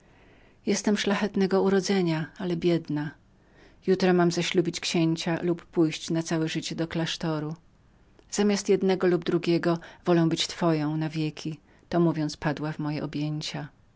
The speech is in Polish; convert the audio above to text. jestem szlachetnego urodzenia ale biedną jutro mam zaślubić księcia lub być na całe życie zamkniętą w klasztorze zamiast jednego lub drugiego wolę być twoją na wieki to mówiąc padła w moje objęcia